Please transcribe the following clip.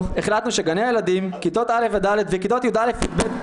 החלטנו שגני הילדים כיתות א' עד ד' וכיתות י"א-י"ב